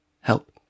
Help